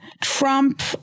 Trump